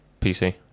PC